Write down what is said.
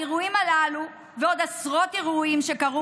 האירועים הללו ועוד עשרות אירועים שקרו